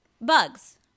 Bugs